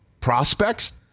prospects